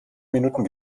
minuten